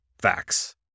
facts